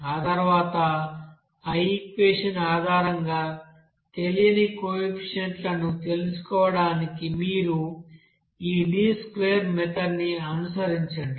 ఆ తర్వాత ఆ ఈక్వెషన్ ఆధారంగా తెలియని కోఎఫీషియంట్లను తెలుసుకోవడానికి మీరు ఈ లీస్ట్ స్క్వేర్ మెథడ్ ని అనుసరించండి